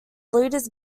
leaders